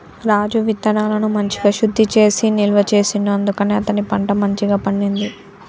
రాజు విత్తనాలను మంచిగ శుద్ధి చేసి నిల్వ చేసిండు అందుకనే అతని పంట మంచిగ పండింది